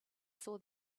saw